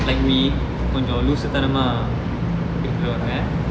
like me கொஞ்ஜம் loose தனமா இருக்குரவங்க:konjam loosu thanama irukkuravanga